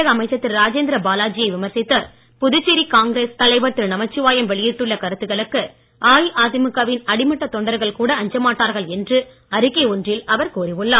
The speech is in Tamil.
தமிழக அமைச்சர் திரு ராஜேந்திர பாலாஜி விமர்சித்து புதுச்சேரி பிரதேச காங்கிரஸ் தலைவர் திரு நமச்சிவாயம் வெளியிட்டுள்ள கருத்துக்களுக்கு அஇஅதிமுக வின் அடிமட்ட தொண்டர்கள் கூட அஞ்சமாட்டார்கள் என்று அறிக்கை ஒன்றில் அவர் கூறி உள்ளார்